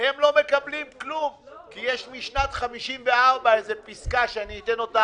הם לא מקבלים כלום כי יש משנת 54' איזו פסקה שאני אתן אותה